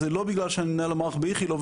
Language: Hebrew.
זה לא בגלל שאני מנהל המערך באיכילוב,